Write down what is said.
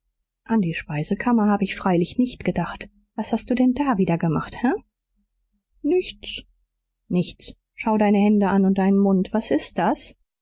an die speisekammer habe ich freilich nicht gedacht was hast du denn da wieder gemacht he nichts nichts schau deine hände an und deinen mund was ist das